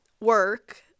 work